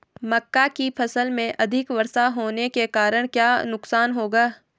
मक्का की फसल में अधिक वर्षा होने के कारण क्या नुकसान होगा?